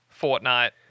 Fortnite